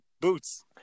Boots